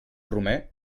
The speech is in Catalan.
romer